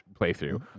playthrough